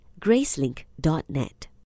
Gracelink.net